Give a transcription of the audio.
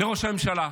לראש הממשלה: